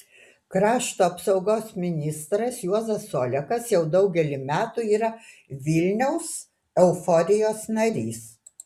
krašto apsaugos ministras juozas olekas jau daugelį metų yra vilniaus euforijos narys